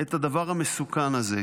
את הדבר המסוכן הזה,